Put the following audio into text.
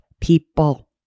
people